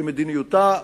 שמדיניותה,